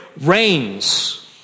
reigns